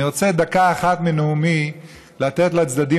אני רוצה דקה אחת מנאומי לתת לצדדים